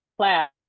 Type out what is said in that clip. Class